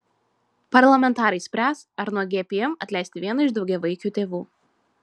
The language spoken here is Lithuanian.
parlamentarai spręs ar nuo gpm atleisti vieną iš daugiavaikių tėvų